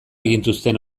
gintuzten